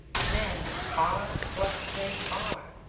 men are what they are,